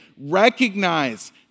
recognize